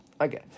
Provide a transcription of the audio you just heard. Okay